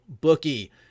bookie